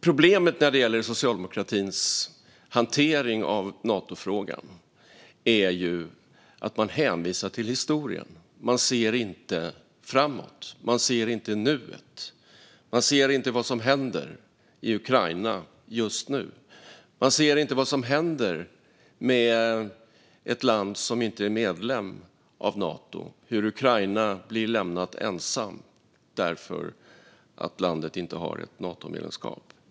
Problemet när det gäller socialdemokratins hantering av Natofrågan är att man hänvisar till historien. Man ser inte framåt; man ser inte nuet. Man ser inte vad som händer i Ukraina just nu. Man ser inte vad som händer med ett land som inte är medlem av Nato och hur Ukraina blir lämnat ensamt för att landet inte har ett Natomedlemskap.